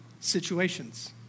situations